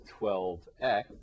12x